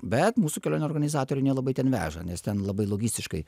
bet mūsų kelionių organizatoriai nelabai ten veža nes ten labai logistiškai